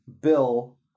Bill